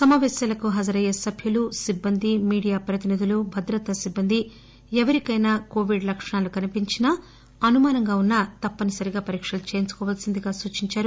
సమావేశాలకు హాజరయ్యే సభ్యులు సిబ్బంది మీడియా ప్రతినిధులు భద్రతా సిబ్బంది ఎవరికైనా కోవిడ్ లక్షణాలు కనిపించినా అనుమానంగా ఉన్నా తప్పక పరీక్షలు చేయించుకోవలసిందిగా సూచించారు